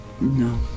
No